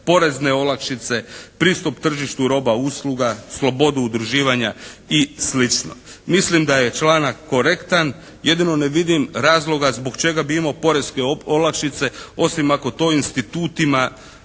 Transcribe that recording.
porezne olakšice, pristup tržištu roba, usluga, slobodu udruživanja i slično. Mislim da je članak korektan jedino ne vidim razloga zbog čega bi imao poreske olakšice osim ako to institutima